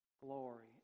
Glory